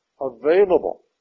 Available